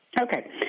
Okay